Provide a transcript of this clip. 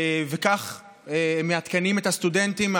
וכך מעדכנים את הסטודנטים.